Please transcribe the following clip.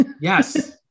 yes